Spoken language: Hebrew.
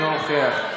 אינו נוכח,